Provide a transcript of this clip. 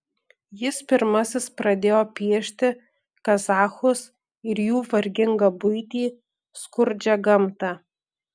jis pirmasis pradėjo piešti kazachus ir jų vargingą buitį skurdžią gamtą